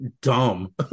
dumb